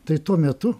tai tuo metu